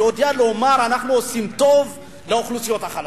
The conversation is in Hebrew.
יודע לומר שאנחנו עושים טוב לאוכלוסיות החלשות.